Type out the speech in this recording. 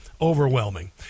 overwhelming